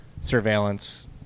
surveillance